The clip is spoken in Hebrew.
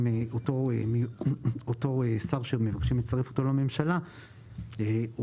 אותו שר שרוצים לצרף אותו לממשלה הורשע,